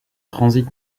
transit